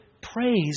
praise